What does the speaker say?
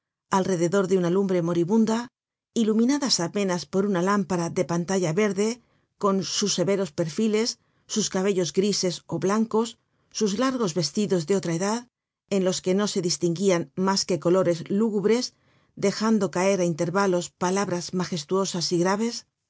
alrededor de una lumbre moribunda iluminadas apenas por una lámpara de pantalla verde con sus severos perfiles sus cabellos grises ó blancos sus largos vestidos de otra edad en los que no se distinguian mas que colores lúgubres dejando caer á intervalos palabras magestuosas y graves